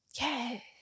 Yes